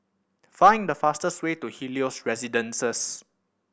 find the fastest way to Helios Residences